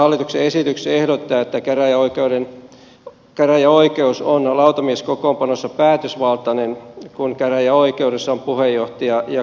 tässä hallituksen esityksessä ehdotetaan että käräjäoikeus on lautamieskokoonpanossa päätösvaltainen kun käräjäoikeudessa on puheenjohtaja ja kaksi lautamiestä